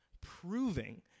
proving